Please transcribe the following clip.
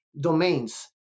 domains